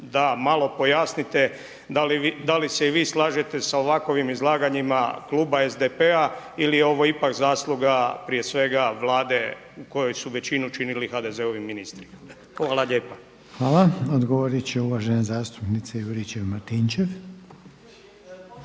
da malo pojasnite da li se i vi slažete sa ovakovim izlaganjima kluba SDP-a ili je ovo ipak zasluga prije svega vlade u kojoj su većini činili HDZ-ovi ministri. Hvala. **Reiner, Željko (HDZ)** Hvala. Odgovorit će uvažena zastupnica Juričev-Martinčev.